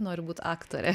noriu būt aktorė